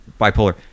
bipolar